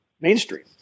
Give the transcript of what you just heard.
mainstream